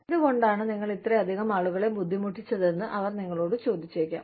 എന്തുകൊണ്ടാണ് നിങ്ങൾ ഇത്രയധികം ആളുകളെ ബുദ്ധിമുട്ടിച്ചതെന്ന് അവർ നിങ്ങളോട് ചോദിച്ചേക്കാം